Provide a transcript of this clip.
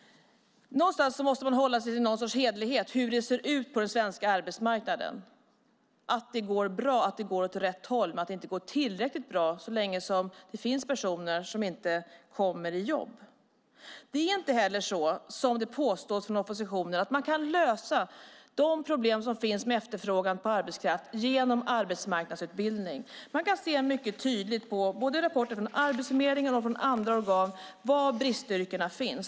Någonstans måste man hålla sig till någon sorts hederlighet när det gäller hur det ser ut på den svenska arbetsmarknaden. Det går bra, det går åt rätt håll, men det går inte tillräckligt bra så länge det finns personer som inte får jobb. Det är inte heller så, som det påstås från oppositionen, att man kan lösa de problem med efterfrågan på arbetskraft som finns genom arbetsmarknadsutbildning. I rapporter från Arbetsförmedlingen och från andra organ kan man se väldigt tydligt var bristyrkena finns.